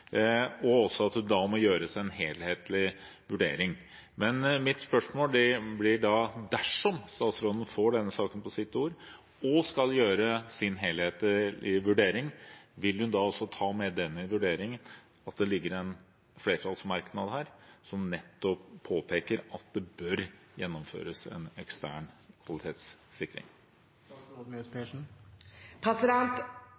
og at det da må gjøres en helhetlig vurdering. Mitt spørsmål blir da: Dersom statsråden får denne saken på sitt bord og skal gjøre sin helhetlige vurdering, vil hun da også ta med i vurderingen at det i innstillingen til saken ligger en flertallsmerknad som nettopp påpeker at det bør gjennomføres en ekstern kvalitetssikring?